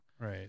Right